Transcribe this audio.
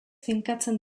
finkatzen